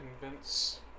convince